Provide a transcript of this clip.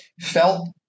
felt